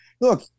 look